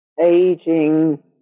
aging